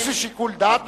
מה, יש לי שיקול דעת בכלל?